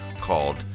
called